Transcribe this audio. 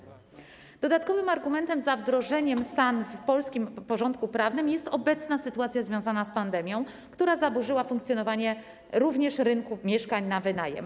Dodatkowym argumentem za wdrożeniem SAN do polskiego porządku prawnego jest obecna sytuacja związana z pandemią, która zaburzyła funkcjonowanie również rynku mieszkań na wynajem.